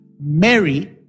Mary